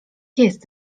jest